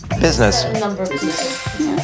business